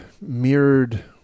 mirrored